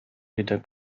wieder